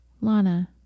Lana